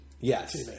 Yes